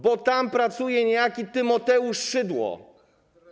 Bo tam pracuje niejaki Tymoteusz Szydło.